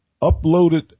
uploaded